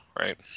right